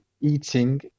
eating